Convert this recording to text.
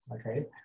okay